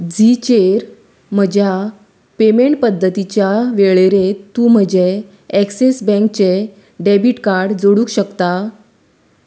झिचेर म्हज्या पेमेंट पद्दतिच्या वेळेरेंत तूं म्हजें ॲक्सीस बँकचें डॅबिट कार्ड जोडूंक शकता